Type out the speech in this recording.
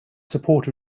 support